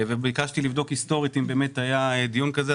וביקשתי לבדוק היסטורית אם באמת היה דיון כזה,